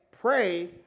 pray